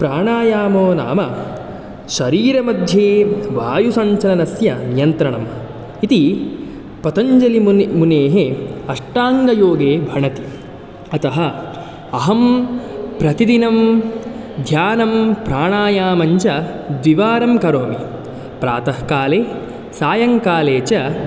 प्राणायामो नाम शरीरमध्ये वायुसञ्चलनस्य नियन्त्रणम् इति पतञ्जलिमुनि मुनेः अष्टाङ्गयोगे भणति अतः अहं प्रतिदिनं ध्यानं प्राणायामञ्च द्विवारं करोमि प्रातःकाले सायङ्काले च